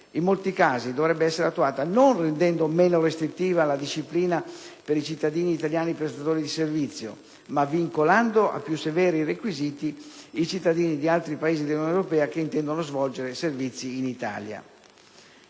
in molti casi dovrebbe essere attuata non rendendo meno restrittiva la disciplina per i cittadini italiani prestatori di servizio, ma vincolando a più severi requisiti i cittadini di altri Paesi dell'Unione europea che intendono svolgere servizi in Italia.